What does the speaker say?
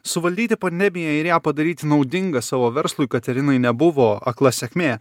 suvaldyti pandemiją ir ją padaryti naudinga savo verslui katerinai nebuvo akla sėkmė